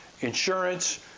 insurance